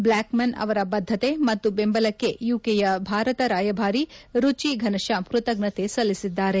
block Mann ಅವರ ಬದ್ಧತೆ ಮತ್ತು ಬೆಂಬಲಕ್ಕೆ ಯುಕೆಯ ಭಾರತ ರಾಯಭಾರಿ ರುಚಿ ಫನಶ್ಯಾಮ್ ಕೃತಜ್ಞತೆ ಸಲ್ಲಿಸಿದ್ದಾರೆ